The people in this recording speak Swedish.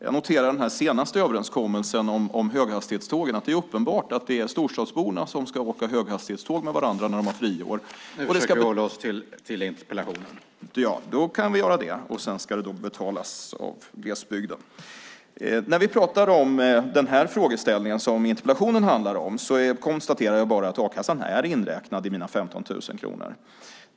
Jag noterar den senaste överenskommelsen om höghastighetstågen. Det är uppenbart att det är storstadsborna som tillsammans ska åka höghastighetståg när de har friår, och det ska sedan betalas av glesbygden. När ni i oppositionen talar om den frågeställning som interpellationen tar upp kan jag konstatera att a-kassan är inräknad i mina 15 000 kronor.